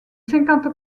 cinquante